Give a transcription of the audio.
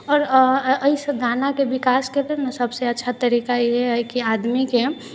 आओर एहिसँ गानाके विकासके ने सभसँ अच्छा तरीका इएह है कि आदमीके